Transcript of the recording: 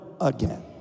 again